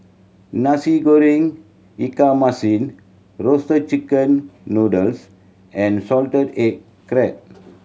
Nasi Goreng ikan masin roasted chicken noodles and salted egg crab